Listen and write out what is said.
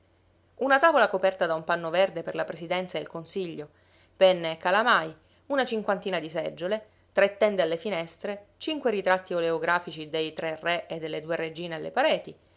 una tavola coperta da un panno verde per la presidenza e il consiglio penne e calamai una cinquantina di seggiole tre tende alle finestre cinque ritratti oleografici dei tre re e delle due regine alle pareti